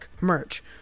merch